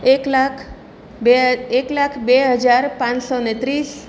એક લાખ એક લાખ બે હજાર પાંચસો ને ત્રીસ